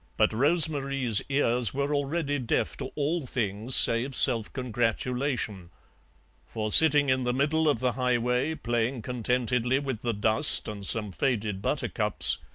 but rose-marie's ears were already deaf to all things save self-congratulation for sitting in the middle of the highway, playing contentedly with the dust and some faded buttercups,